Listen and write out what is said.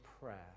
prayer